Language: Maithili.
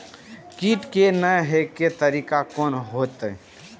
कीट के ने हे के तरीका कोन होते?